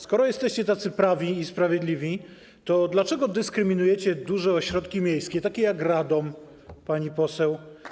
Skoro jesteście tacy prawi i sprawiedliwi, to dlaczego dyskryminujecie duże ośrodki miejskie, takie jak Radom, pani poseł.